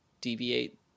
deviate